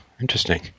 interesting